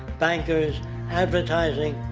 bankers advertising.